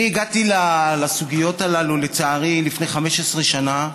אני הגעתי לסוגיות האלה, לצערי, לפני 15 שנה,